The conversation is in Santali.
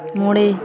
ᱢᱚᱬᱮ